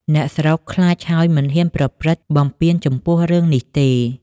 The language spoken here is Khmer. អ្នកស្រុកខ្លាចហើយមិនហ៊ានប្រព្រឹត្ត បំពានចំពោះរឿងនេះទេ ។